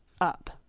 up